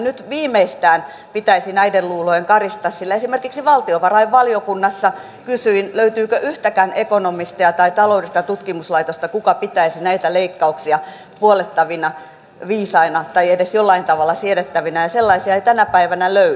nyt viimeistään pitäisi näiden luulojen karista sillä esimerkiksi valtiovarainvaliokunnassa kysyin löytyykö yhtäkään ekonomistia tai taloudellista tutkimuslaitosta joka pitäisi näitä leikkauksia puollettavina viisaina tai edes jollain tavalla siedettävinä ja sellaisia ei tänä päivänä löydy